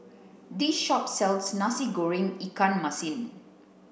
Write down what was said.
this shop sells nasi goreng ikan masin